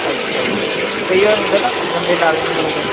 ਅੱਛਾ ਜੀ ਨਹੀਂ ਕਈ ਵਾਰ ਹੁੰਦਾ ਨਾ ਗੰਦੇ ਨਾਲੇ ਨੂਲੇ ਦਾ